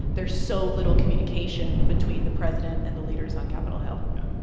there's so little communication between the president and the leaders on capitol hill yeah.